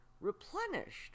replenished